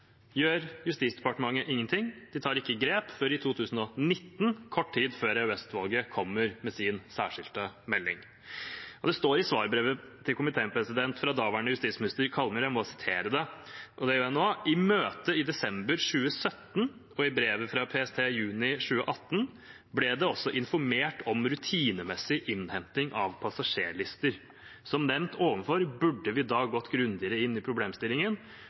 Justisdepartementet ingenting. De tok ikke grep før i 2019, kort tid før EOS-utvalget kom med sin særskilte melding. Dette står i svarbrevet til komiteen fra daværende justisminister Kallmyr – jeg må sitere det, og det gjør jeg nå: «I møtet i desember 2017 og i brevet fra PST juni 2018 ble det også informert om rutinemessig innhenting av passasjerlister. Som nevnt ovenfor burde vi da gått grundigere inn i problemstillingen